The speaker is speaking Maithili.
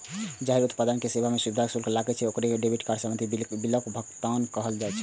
जाहि उत्पाद या सेवा मे सुविधा शुल्क लागै छै, ओइ मे डेबिट कार्ड सं बिलक भुगतान करक चाही